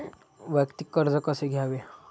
वैयक्तिक कर्ज कसे घ्यावे?